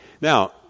Now